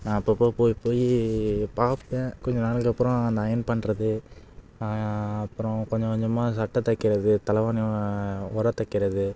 நான் அப்பப்போ போய் போய் பார்ப்பேன் கொஞ்சம் நாளுக்கப்புறோம் அந்த அயர்ன் பண்ணுறது அப்புறோம் கொஞ்சம் கொஞ்சமாக சட்டை தைக்கிறது தலகாணி உறை தைக்கிறது